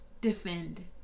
defend